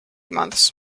months